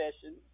session